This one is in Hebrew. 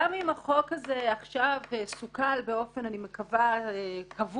גם אם החוק הזה עכשיו סוכל באופן אני מקווה קבוע,